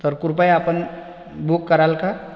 तर कृपया आपण बुक कराल कां